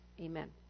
amen